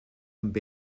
amb